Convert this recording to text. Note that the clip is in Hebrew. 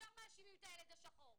ישר מאשימים את הילד השחור.